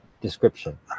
Description